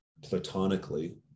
platonically